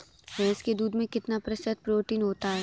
भैंस के दूध में कितना प्रतिशत प्रोटीन होता है?